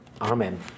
Amen